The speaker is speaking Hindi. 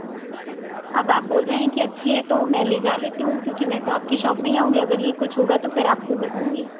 अब आप बोल रहे हैं कि अच्छी है तो मैं लेजा लेती हूं क्योंकि मैं तो आपकी शॉप में ही आउंगी अगर ये कुछ होगा तो फिर आपको ही बताऊंगी